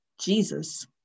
Jesus